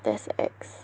that's ex